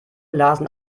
lasen